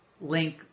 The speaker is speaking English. link